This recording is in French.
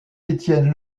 étienne